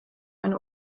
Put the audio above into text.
eine